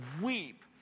weep